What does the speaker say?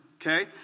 okay